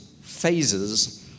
phases